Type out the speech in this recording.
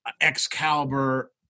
Excalibur